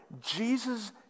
Jesus